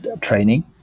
training